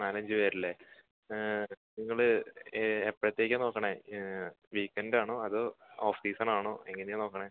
നാലഞ്ച് പേരല്ലേ നിങ്ങൾ ഇപ്പോഴത്തേക്കാണ് നോക്കണത് വീക്കെൻഡാണോ അതോ ഓഫ് സീസൺ ആണോ എങ്ങനെയാണ് നോക്കണത്